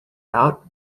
out